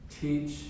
teach